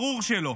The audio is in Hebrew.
ברור שלא.